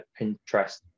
Pinterest